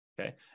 Okay